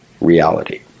reality